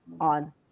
on